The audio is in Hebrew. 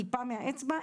טיפה מהאצבע,